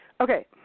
Okay